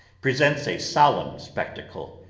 presents a solemn spectacle,